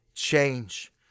Change